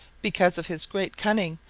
because of his great cunning,